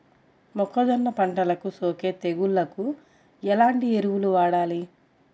మొక్కజొన్న పంటలకు సోకే తెగుళ్లకు ఎలాంటి ఎరువులు వాడాలి?